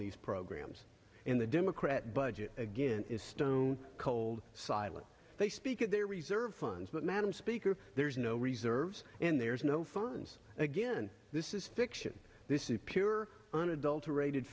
these programs in the democrat budget again is stone cold silent they speak of their reserve funds but madam speaker there's no reserves and there's no funds again this is fiction this is pure unadulterated